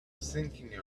thinking